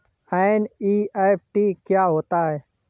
NEFT क्या होता है?